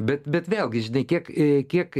bet bet vėlgi žinai kiek e kiek